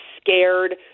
scared